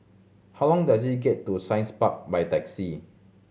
how long does it get to Science Park by taxi